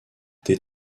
des